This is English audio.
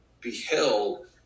beheld